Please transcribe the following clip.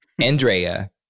Andrea